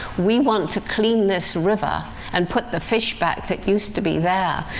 we want to clean this river and put the fish back that used to be there.